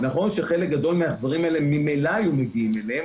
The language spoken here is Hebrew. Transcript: נכון שחלק גדול מההחזרים האלה ממילא היו מגיעים אליהן,